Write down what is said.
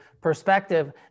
perspective